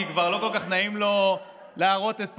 כי כבר לא כל כך נעים לו להראות את פניו.